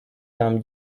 там